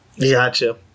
Gotcha